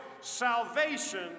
salvation